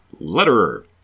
Letterer